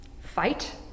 fight